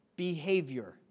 behavior